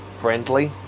friendly